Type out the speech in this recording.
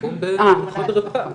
שיקום בשירות הרווחה,